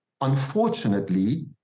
unfortunately